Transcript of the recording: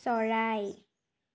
চৰাই